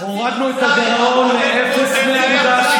הורדנו את הגירעון ל-0.6%.